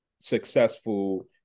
successful